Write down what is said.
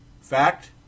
fact